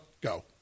go